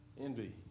Envy